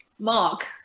Mark